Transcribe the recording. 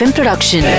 Production